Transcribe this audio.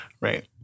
Right